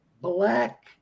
black